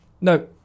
No